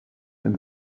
and